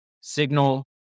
signal